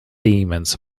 demons